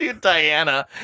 Diana